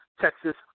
Texas